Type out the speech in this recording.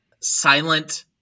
silent